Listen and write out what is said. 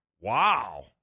Wow